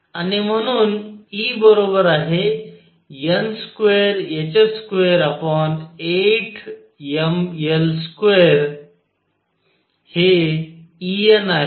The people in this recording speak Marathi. आणि म्हणून E n2h28mL2 हे En आहे